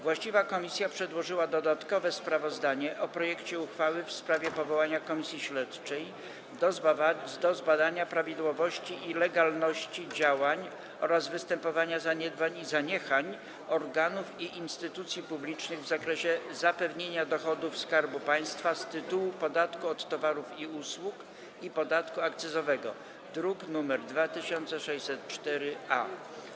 Właściwa komisja przedłożyła dodatkowe sprawozdanie o projekcie uchwały w sprawie powołania Komisji Śledczej do zbadania prawidłowości i legalności działań oraz występowania zaniedbań i zaniechań organów i instytucji publicznych w zakresie zapewnienia dochodów Skarbu Państwa z tytułu podatku od towarów i usług i podatku akcyzowego, druk nr 2604-A.